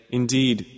indeed